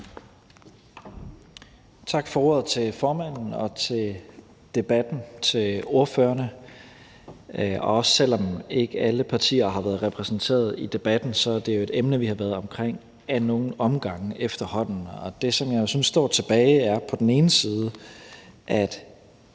Tak. Tak til formanden for ordet, og tak til ordførerne for debatten. Selv om ikke alle partier har været repræsenteret i debatten, er det jo et emne, vi har været omkring af nogle omgange efterhånden, og det, som jeg synes står tilbage, er på den ene side, at